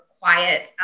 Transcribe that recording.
quiet